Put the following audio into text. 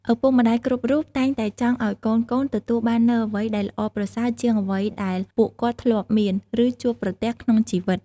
ឪពុកម្ដាយគ្រប់រូបតែងតែចង់ឲ្យកូនៗទទួលបាននូវអ្វីដែល ល្អប្រសើរជាងអ្វីដែលពួកគាត់ធ្លាប់មាន ឬជួបប្រទះក្នុងជីវិត។